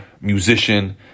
musician